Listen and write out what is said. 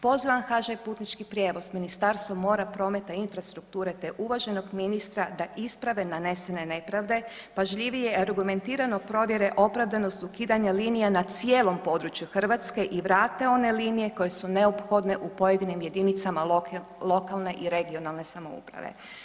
Poziv HŽ-Putnički prijevoz, Ministarstvo mora, prometa i infrastrukture, te uvaženog ministra da isprave nanesene nepravde, pažljivije argumentirano provjere opravdanost ukidanja linija na cijelom području RH i vrate one linije koje su neophodne u pojedinim jedinicama lokalne i regionalne samouprave.